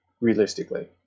realistically